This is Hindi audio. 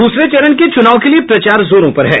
दूसरे चरण के चुनाव के लिए प्रचार जोरों पर है